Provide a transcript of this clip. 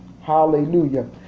Hallelujah